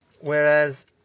Whereas